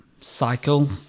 cycle